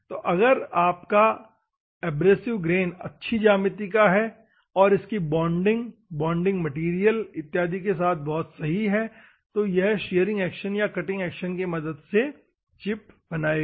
तो अगर आपका एब्रेसिव ग्रेन अच्छी ज्यामिति का है और इसकी बॉन्डिंग बॉन्डिंग मैटेरियल इत्यादि के साथ बहुत सही है तो यह शीअरिंग एक्शन या कटिंग एक्शन के मदद से चिप बनाएगा